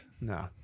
No